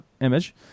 image